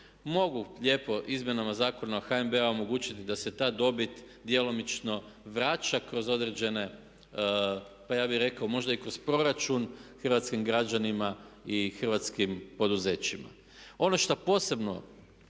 Mogu lijepo izmjenama Zakona o HNB-u omogućiti da se ta dobit djelomično vraća kroz određene pa ja bih rekao možda i kroz proračun hrvatskim građanima i hrvatskim poduzećima. Ono što posebno